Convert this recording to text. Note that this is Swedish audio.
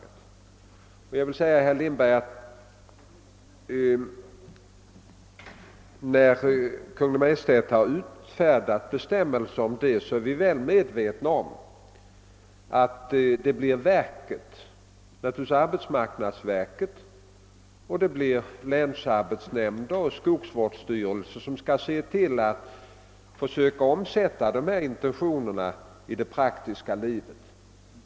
För herr Lindberg vill jag påpeka att när Kungl. Maj:t har utfärdat bestämmelser har det skett i medvetande om att det blir arbetsmarknadsverket, länsarbetsnämnderna och skogsvårdsstyrelserna som skall försöka omsätta intentionerna i det praktiska livet.